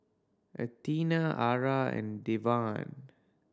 Athena Ara and Devan